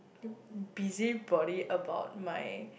busybody about my